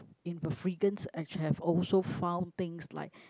in the freegans I have also found things like